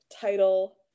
title